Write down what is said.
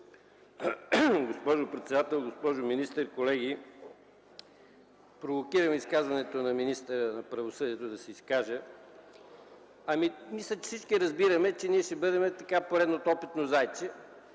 Госпожо председател, госпожо министър, колеги! Провокира ме изказването на министъра на правосъдието, да се изкажа. Мисля, че всички разбираме, че ще бъдем поредното опитно зайче.